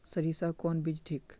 सरीसा कौन बीज ठिक?